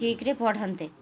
ଠିକ୍ରେ ପଢ଼ନ୍ତେ